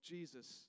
Jesus